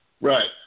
Right